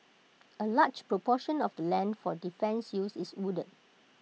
A large proportion of the land for defence use is wooded